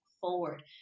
forward